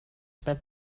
spent